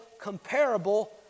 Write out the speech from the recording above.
comparable